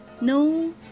no